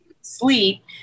sleep